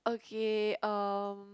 okay uh